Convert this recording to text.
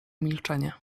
milczenie